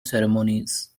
ceremonies